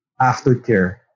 aftercare